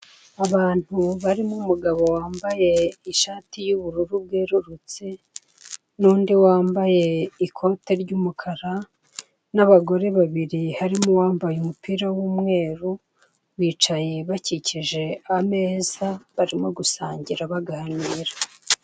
Abantu barimo umugabo wambaye ishati y'ubururu bwerurutse nundi wambaye ikote ry'umukara n'abagore babiri harimo uwambaye umupira wumweru bicaye bakikije ameza barimo gusangira baganira.